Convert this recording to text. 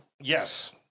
Yes